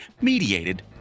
mediated